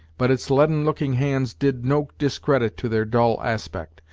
but its leaden-looking hands did no discredit to their dull aspect,